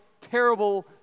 terrible